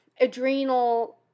adrenal